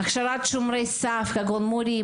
הכשרת שומרי סף: מורים,